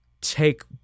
take